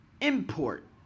import